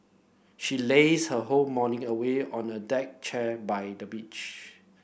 she lazed her whole morning away on a deck chair by the beach